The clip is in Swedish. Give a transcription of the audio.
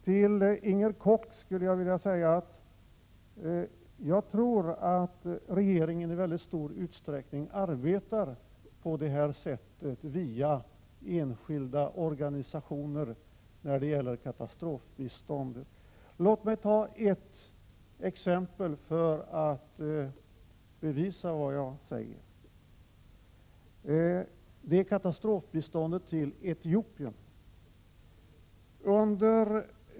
Till Inger Koch vill jag säga att regeringen i mycket hög grad arbetar på detta sätt via enskilda organisationer när det gäller katastrofbistånd. Låt mig ta ett exempel för att belysa vad jag menar. Exemplet avser katastrofbiståndet till Etiopien.